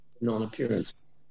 non-appearance